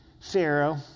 Pharaoh